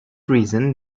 reason